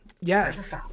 Yes